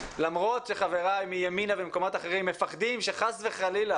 למרות שחבריי מימינה ומקומות אחרים מפחדים שחס וחלילה